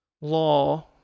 law